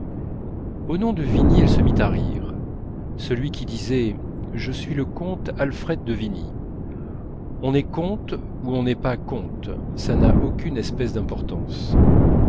au nom de vigny elle se mit à rire celui qui disait je suis le comte alfred de vigny on est comte ou on n'est pas comte ça n'a aucune espèce d'importance